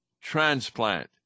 transplant